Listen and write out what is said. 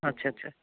আচ্ছা আচ্ছা